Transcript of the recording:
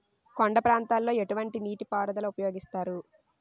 కొండ ప్రాంతాల్లో ఎటువంటి నీటి పారుదల ఉపయోగిస్తారు?